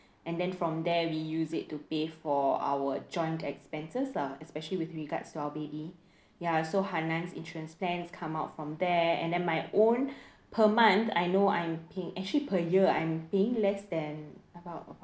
and then from there we use it to pay for our joint expenses ah especially with regards to our baby ya so hanan insurance plans come out from there and then my own per month I know I'm paying actually per year I'm paying less than about